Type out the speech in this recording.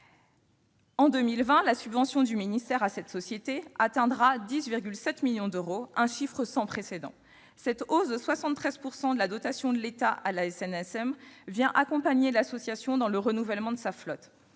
En 2020, la subvention octroyée par l'État à cette société atteindra 10,7 millions d'euros, un chiffre sans précédent. Cette hausse de 73 % de la dotation à la SNSM vise à accompagner l'association dans le renouvellement de sa flotte.